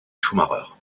schumacher